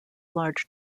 large